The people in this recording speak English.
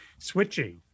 Switchy